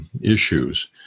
issues